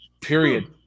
period